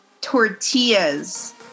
tortillas